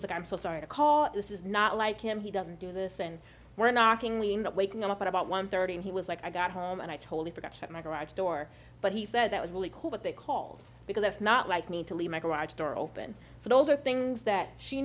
was like i'm so sorry to call this is not like him he doesn't do this and we're knocking waking up at about one thirty and he was like i got home and i totally forgot check my garage door but he said that was really cool but they called because that's not like me to leave my garage door open so those are things that she